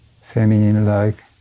feminine-like